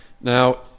Now